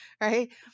right